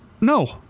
No